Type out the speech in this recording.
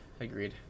Agreed